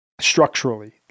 Structurally